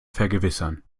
vergewissern